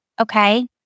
Okay